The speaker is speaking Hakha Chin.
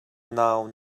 nau